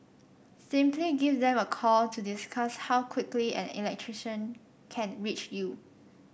simply give them a call to discuss how quickly an electrician can reach you